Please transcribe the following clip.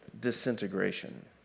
disintegration